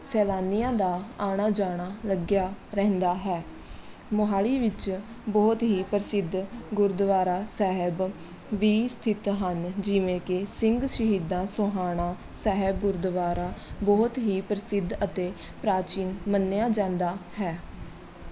ਸੈਲਾਨੀਆਂ ਦਾ ਆਉਣਾ ਜਾਣਾ ਲੱਗਿਆ ਰਹਿੰਦਾ ਹੈ ਮੋਹਾਲੀ ਵਿੱਚ ਬਹੁਤ ਹੀ ਪ੍ਰਸਿੱਧ ਗੁਰਦੁਆਰਾ ਸਾਹਿਬ ਵੀ ਸਥਿਤ ਹਨ ਜਿਵੇਂ ਕਿ ਸਿੰਘ ਸ਼ਹੀਦਾਂ ਸੋਹਾਣਾ ਸਾਹਿਬ ਗੁਰਦੁਆਰਾ ਬਹੁਤ ਹੀ ਪ੍ਰਸਿੱਧ ਅਤੇ ਪ੍ਰਾਚੀਨ ਮੰਨਿਆ ਜਾਂਦਾ ਹੈ